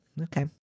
okay